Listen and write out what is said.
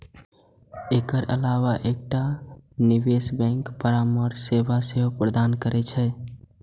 एकर अलावा एकटा निवेश बैंक परामर्श सेवा सेहो प्रदान करै छै